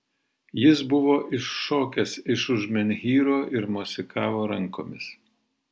jis buvo iššokęs iš už menhyro ir mosikavo rankomis